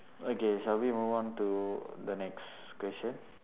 okay shall we move on to the next question